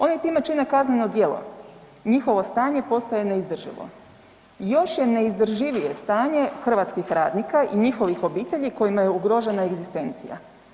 Oni time čine kazneno djelo i njihovo stanje postaje neizdrživo i još je neizdrživije stanje hrvatskih radnika i njihovih obitelji kojima je ugrožena egzistencija.